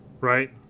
Right